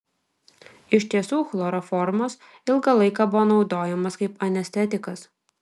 iš tiesų chloroformas ilgą laiką buvo naudojamas kaip anestetikas